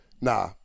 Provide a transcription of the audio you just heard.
Nah